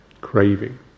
craving